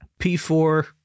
p4